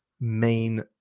main